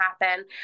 happen